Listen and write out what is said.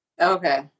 Okay